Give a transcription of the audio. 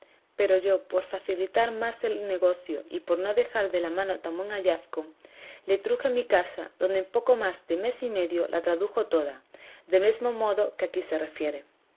pero yo por facilitar más el negocio y por no dejar de la mano tan buen hallazgo le truje a mi casa donde en poco más de mes y medio la tradujo toda del mesmo modo que aquí se refiere